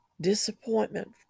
Disappointment